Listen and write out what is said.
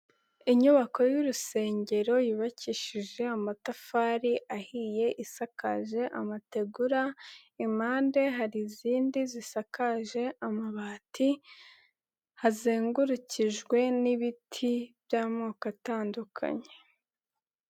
Inyubako y'urusengero yubakishije amatafari ahiye, isakaje amategura, impande hari izindi zisakaje amabati hazengurukijwe n'ibiti by'amoko atandukanye.